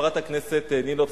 חברת הכנסת נינו אבסדזה,